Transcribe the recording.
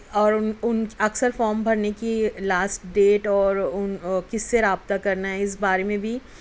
اور ان ان اکثر فارم بھرنے کی لاسٹ ڈیٹ اور ان کس سے رابطہ کرنا ہے اس بارے میں بھی